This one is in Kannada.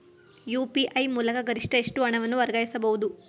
ಯು.ಪಿ.ಐ ಮೂಲಕ ಗರಿಷ್ಠ ಎಷ್ಟು ಹಣವನ್ನು ವರ್ಗಾಯಿಸಬಹುದು?